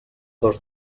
dos